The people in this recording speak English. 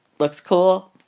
looks cool.